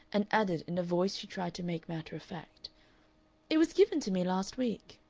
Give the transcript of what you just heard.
and added, in a voice she tried to make matter-of-fact it was given to me last week.